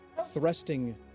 thrusting